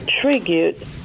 triggered